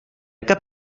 cap